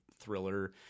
thriller